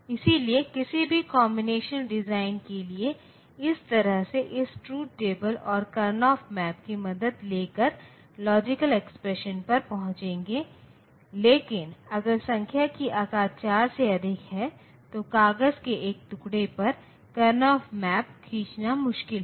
इसलिए किसी भी कॉम्बिनेशन डिजाइन के लिए इस तरह से इस ट्रुथ टेबल और करएनफ मैप की मदद लें कर लीजिकल एक्सप्रेशन पर पहुंचेंगे लेकिन अगर संख्या की आकार चार से अधिक है तो कागज के एक टुकड़े पर करएनफ मैप खींचना मुश्किल है